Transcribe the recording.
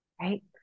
Right